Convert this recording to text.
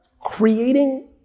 creating